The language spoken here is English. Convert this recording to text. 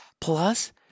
Plus